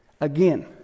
again